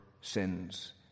sins